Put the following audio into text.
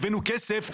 והבאנו כסף.